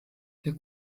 der